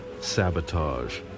sabotage